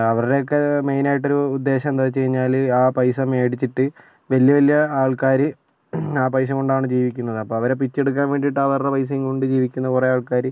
അവരുടെയൊക്കെ മൈനായിട്ടൊരു ഉദ്ദേശം എന്താ വെച്ചുകഴിഞ്ഞാൽ ആ പൈസ മേടിച്ചിട്ട് വലിയ വലിയ ആൾക്കാർ ആ പൈസ കൊണ്ടാണ് ജീവിക്കുന്നത് അപ്പം അവരെ പിച്ചയെടുക്കാൻ വേണ്ടിയിട്ട് അവരുടെ പൈസയും കൊണ്ട് ജീവിക്കുന്ന കുറെ ആൾക്കാർ